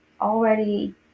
already